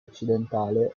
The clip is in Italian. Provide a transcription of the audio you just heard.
occidentale